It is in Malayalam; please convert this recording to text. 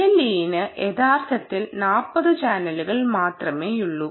BLE ന് യഥാർത്ഥത്തിൽ 40 ചാനലുകൾ മാത്രമേയുള്ളൂ